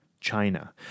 China